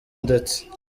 ndetse